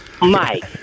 Mike